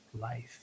life